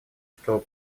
что